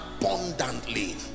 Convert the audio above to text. abundantly